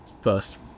first